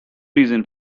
reason